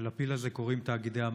ולפיל הזה קוראים "תאגידי המים".